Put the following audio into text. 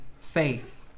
faith